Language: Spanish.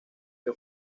que